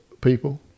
people